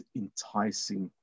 enticing